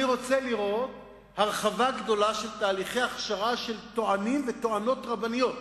אני רוצה לראות הרחבה גדולה של תהליכי ההכשרה של טוענים וטוענות רבניות.